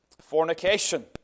fornication